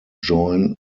join